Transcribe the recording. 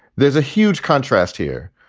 there's a huge contrast here.